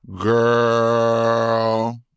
girl